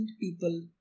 people